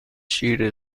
شیر